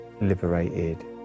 liberated